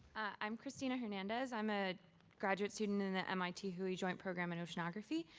i'm christina hernandez. i'm a graduate student in the mit whoi joint program in oceanography.